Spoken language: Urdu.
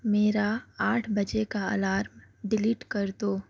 میرا آٹھ بجے کا الارم ڈیلیٹ کر دو